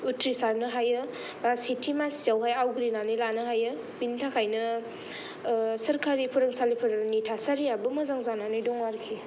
उथ्रिसारनो हायो बा सेथि मासियावहाय आवग्रिनानै लानो हायो बेनि थाखायनो सोरकारि फोरोंसालि फोरनि थासारियाबो मोजां जानानै दङ आरोखि